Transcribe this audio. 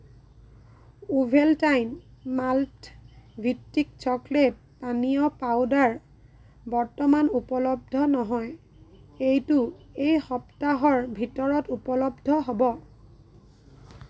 Ovaltine মাল্টভিত্তিক chocolate পানীয় powder বৰ্তমান উপলব্ধ নহয় এইটো এই সপ্তাহৰ ভিতৰত ঊপলব্ধ হ'ব